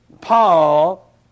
Paul